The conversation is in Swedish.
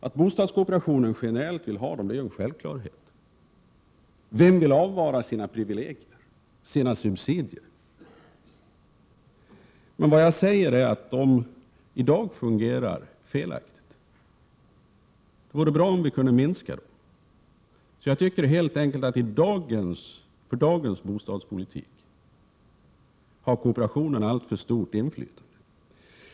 Att bostadskooperationen generellt vill ha dem är en självklarhet. Vem vill avvara sina privilegier, sina subsidier? Vad jag säger är att de i dag fungerar dåligt. Det vore bra om vi kunde minska dem. Jag tycker helt enkelt att på dagens bostadspolitik har bostadskooperationen alltför stort inflytande.